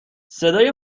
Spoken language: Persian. صدای